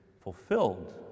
fulfilled